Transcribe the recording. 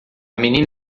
menina